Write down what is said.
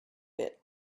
bit